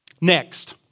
Next